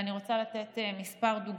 ואני רוצה לתת כמה דוגמאות.